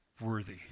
worthy